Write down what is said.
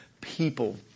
people